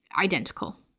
identical